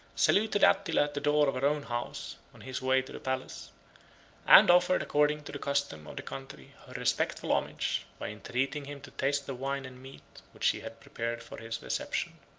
saluted attila at the door of her own house, on his way to the palace and offered, according to the custom of the country, her respectful homage, by entreating him to taste the wine and meat which she had prepared for his reception.